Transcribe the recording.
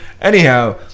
anyhow